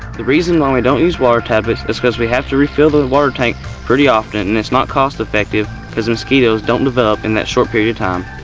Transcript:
the reason we don't use water tablets is because we have to refill the and water tank pretty often and it's not cost-effective because mosquitoes don't develop in that short period of time.